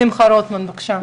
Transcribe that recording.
שמחה רוטמן, בבקשה.